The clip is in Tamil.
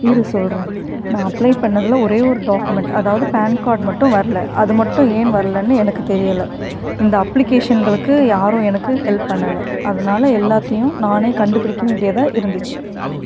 இரு சொல்கிறேன் நான் அப்ளை பண்ணதில் ஒரே ஒரு டாக்குமெண்ட் அதாவது பேன் கார்டு மட்டும் வரலை அது மட்டும் ஏன் வரலைன்னு எனக்குத் தெரியலை இந்த அப்ளிகேஷன்களுக்கு யாரும் எனக்கு ஹெல்ப் பண்ணலை அதனால் எல்லாத்தையும் நானே கண்டுபிடிக்க வேண்டியதாக இருந்துச்சு